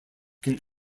can